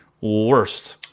worst